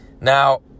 Now